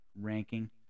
ranking